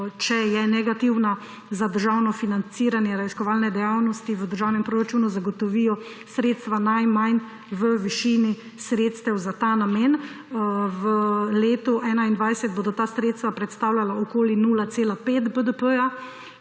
če je negativna, za državno financiranje raziskovalne dejavnosti v državnem proračunu zagotovijo sredstva najmanj v višini sredstev za ta namen. V letu 2021 bodo ta sredstva predstavljala okoli 0,5 BDP-ja,